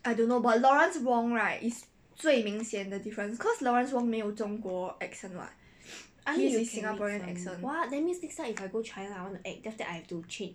what that means next time if I go china I want to act then after that I've to change